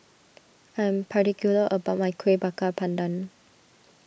I am particular about my Kueh Bakar Pandan